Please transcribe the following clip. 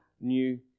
New